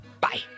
Bye